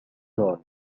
جون